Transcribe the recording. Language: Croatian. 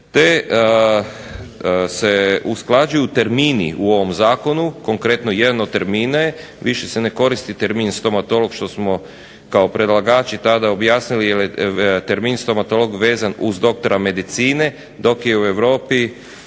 te se usklađuju termini u ovom zakonu. Konkretno, jedan od termina je više se ne koristi termin stomatolog što smo kao predlagači tada objasnile jer je termin stomatolog vezan uz doktora medicine dok je u europi